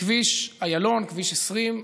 בכביש איילון, כביש 20,